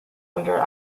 under